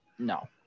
No